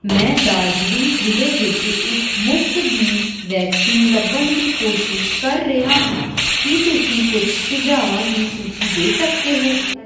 ਮੈਂ ਦਾਰਜੀਲਿੰਗ ਜ਼ਿਲ੍ਹੇ ਵਿੱਚ ਇੱਕ ਮੁਫ਼ਤ ਦੀ ਵੈਕਸੀਨ ਲੱਭਣ ਦੀ ਕੋਸ਼ਿਸ਼ ਕਰ ਰਿਹਾ ਹਾਂ ਕੀ ਤੁਸੀਂ ਕੁਝ ਸੁਝਾਵਾਂ ਦੀ ਸੂਚੀ ਦੇ ਸਕਦੇ ਹੋ